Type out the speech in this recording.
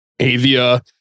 avia